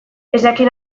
ezjakin